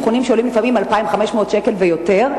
אבחונים שעולים לפעמים 2,500 שקל ויותר,